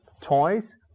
toys